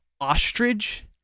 ostrich